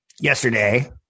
Yesterday